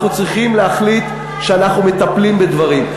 אנחנו צריכים להחליט שאנחנו מטפלים בדברים.